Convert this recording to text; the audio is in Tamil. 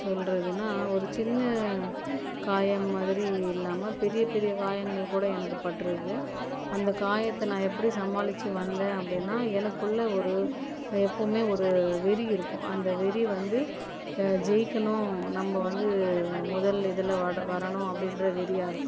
சொல்கிறதுனா ஒரு சின்ன காயம் மாதிரி இல்லைமா பெரிய பெரிய காயங்கள் கூட எனக்கு பட்டுருக்கு அந்த காயத்தை நான் எப்படி சமாளித்து வந்தேன் அப்படின்னா எனக்குள்ள ஒரு எப்பவுமே ஒரு வெறி இருக்கும் அந்த வெறி வந்து ஜெயிக்கணும் நம்ம வந்து முதல் இதில் வட வரணும் அப்படின்ற வெறியா இருக்கும்